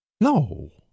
No